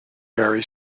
very